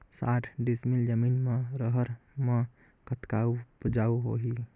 साठ डिसमिल जमीन म रहर म कतका उपजाऊ होही?